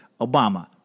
Obama